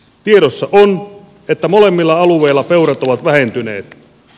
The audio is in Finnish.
tiedossa on että molemmilla alueilla peurat ovat vähentyneet